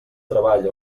treball